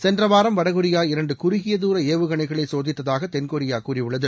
சென்றவாரம் வடகொரியா இரண்டு குறுகிய தூர ஏவுகணைகளை சோதித்ததாக தென்கொரியா கூறியுள்ளது